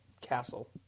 castle